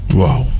wow